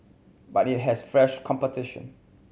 but it has fresh competition